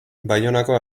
baionako